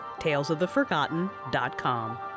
talesoftheforgotten.com